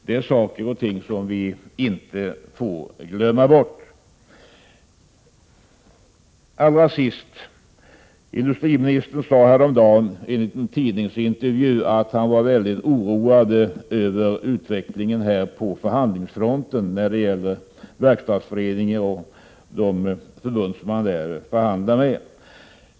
I en tidningsintervju häromdagen sade industriministern att han var mycket oroad över utvecklingen av avtalsförhandlingarna mellan Verkstadsföreningen och de olika förbunden.